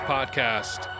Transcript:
Podcast